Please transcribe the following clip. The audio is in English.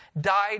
died